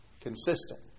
consistent